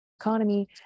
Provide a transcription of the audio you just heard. economy